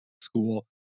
school